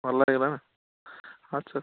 ଭଲ ଲାଗିଲା ଆଚ୍ଛା